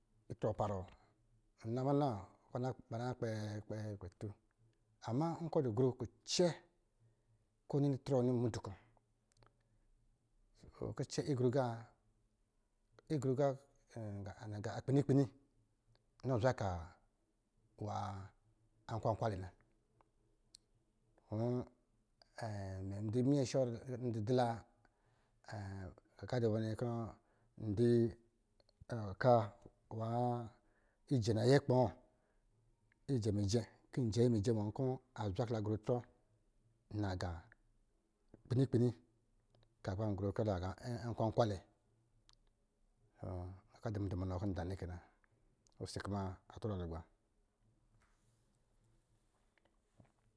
ama nkɔ̄ dɔ gru kucɛ kɔ̄ ni itrɔ a nɔ mudu kɔ̄ nɔ zwa ka nwan ankwalɛ na n dɔ̄ yi ɔka nwa iyɛ nayɛ kpɔɔ, ijɛ mijɛ kɔ̄ njɛɛ yi mijɛ nwan kɔ̄ azwa kɔ̄ la gru itrɔ naga kpini-kpini ka kɔ̄ ba gru akwakwalɛ, kɔ̄ ndɔ munɔ kɔ̄ nda nnɛ kɛ na, osikuma atɔ la lugba.